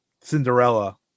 cinderella